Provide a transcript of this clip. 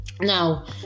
now